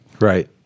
Right